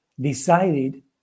decided